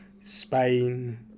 Spain